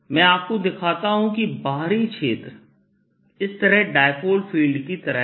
मैं आपको दिखाता हूं कि बाहरी क्षेत्र इस तरह डाइपोल फील्ड की तरह है